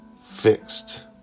fixed